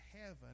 heaven